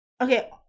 okay